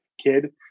kid